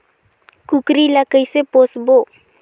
कूकरी ला कइसे पोसबो?